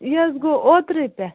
یہِ حظ گوٚو اوترٔےٚ پٮ۪ٹھ